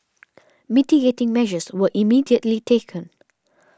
mitigating measures were immediately taken